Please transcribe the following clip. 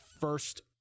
first